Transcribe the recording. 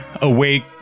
awake